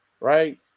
right